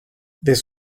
this